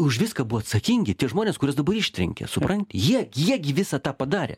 už viską buvo atsakingi tie žmonės kuriuos dabar ištrenkė supranti jie jie gi visą tą padarė